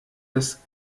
das